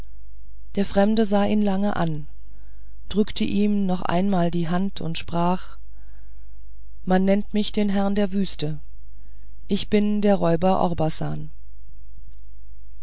der fremde sah ihn lange an drückte ihm noch einmal die hand und sprach man nennt mich den herrn der wüste ich bin der räuber orbasan